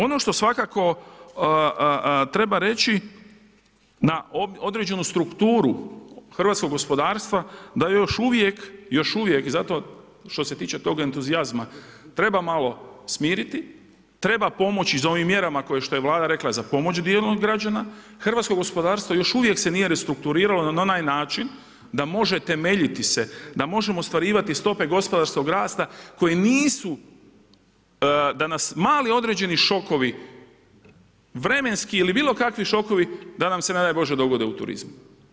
Ono što svakako treba reći, na određenu strukturu hrvatskog gospodarstva, da još uvijek, zato što se tiče tog entuzijazma, treba malo smiriti, treba pomoći sa ovim mjerama, kao što je vlada za pomoć dijela građana, hrvatsko gospodarstvo, još uvijek se nije restrukturiralo na onaj način, da može temeljiti se, da možemo ostvarivati stope gospodarskog rasta koji nisu, da nas mali određeni šokovi vremenski ili bilo kakvi šokovi da nam se, ne daj Bože, dogode u turizmu.